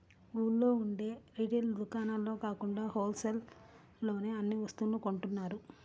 ఊళ్ళో ఉండే రిటైల్ దుకాణాల్లో కాకుండా హోల్ సేల్ లోనే అన్ని వస్తువుల్ని కొంటున్నారు